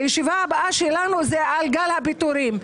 הישיבה הבאה שלנו זה על גל הפיטורים.